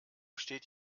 steht